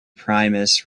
primus